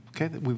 Okay